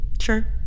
Sure